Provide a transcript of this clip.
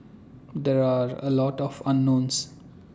there are A lot of unknowns